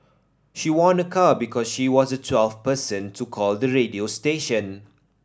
she won a car because she was the twelfth person to call the radio station